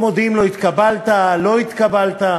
לא מודיעים לו: התקבלת, לא התקבלת.